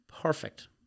perfect